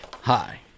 Hi